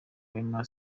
wema